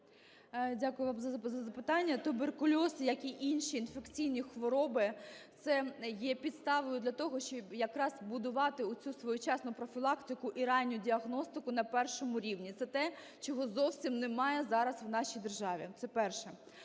Дякую вам за запитання. Туберкульоз, як і інші інфекційні хвороби, це є підставою для того, щоб якраз будувати оцю своєчасну профілактику і ранню діагностику на першому рівні. Це те, чого зовсім немає зараз в нашій державі. Це перше.